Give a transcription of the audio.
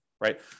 right